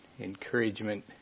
encouragement